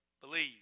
Believe